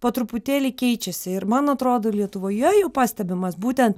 po truputėlį keičiasi ir man atrodo ir lietuvoje jau pastebimas būtent